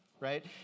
right